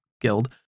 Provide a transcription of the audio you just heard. guild